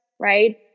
right